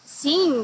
sim